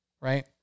right